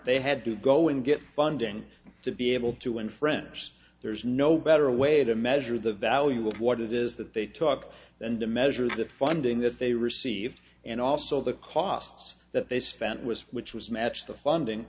they had to go and get funding to be able to in french there's no better way to measure the value of what it is that they took and to measure the funding that they received and also the costs that they spent was which was matched the funding